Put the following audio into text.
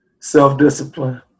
Self-discipline